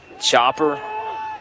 Chopper